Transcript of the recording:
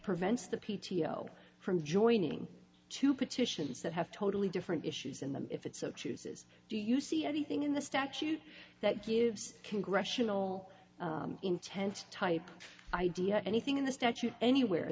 prevents the p t o from joining two petitions that have totally different issues in them if it so chooses do you see anything in the statute that gives congressional intent type idea anything in the statute anywhere